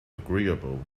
agreeable